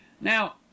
now